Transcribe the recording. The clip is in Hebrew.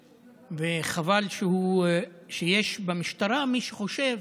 המפכ"ל, וחבל שיש במשטרה מי שחושב